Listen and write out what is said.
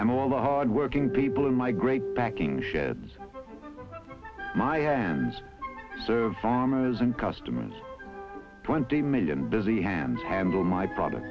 i'm all the hardworking people in my great backing sherrod's my hands serve farmers and customers twenty million busy hands handle my product